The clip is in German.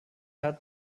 hat